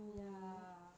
ya